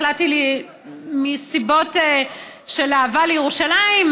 מסיבות של אהבה לירושלים,